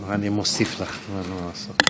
מזכירת הכנסת,